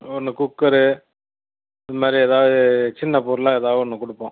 இந்த குக்கரு இது மாதிரி ஏதாவது சின்ன பொருளாக ஏதாவது ஒன்று கொடுப்போம்